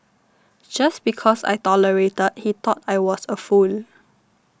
just because I tolerated he thought I was a fool